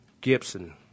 Gibson